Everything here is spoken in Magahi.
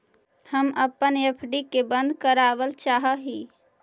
हम अपन एफ.डी के बंद करावल चाह ही